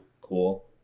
Cool